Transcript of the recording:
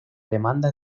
demanda